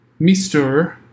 Mr